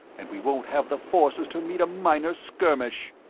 and we won't have the forces to meet a minor skirmish.